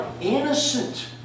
innocent